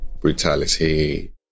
brutality